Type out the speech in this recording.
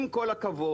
עם כל הכבוד,